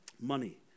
money